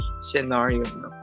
scenario